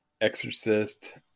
Exorcist